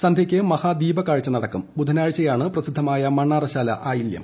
സന്ധ്യയ്ക്ക് മഹാദീപകാഴ്ച നടക്കും ബുധനാഴ്ചയാണ് പ്രസിദ്ധമായ മണ്ണാറശാല ആയില്യം